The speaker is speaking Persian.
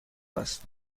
است